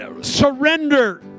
surrender